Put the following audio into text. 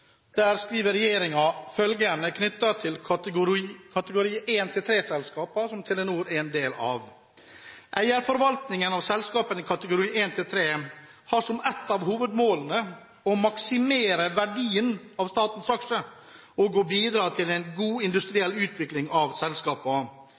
skriver følgende knyttet til kategori 1–3-selskaper, som Telenor er en del av: «Eierforvaltningen av selskapene i kategori 1–3 har som ett av hovedformålene å maksimere verdien av statens aksjer og å bidra til en god